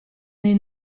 nei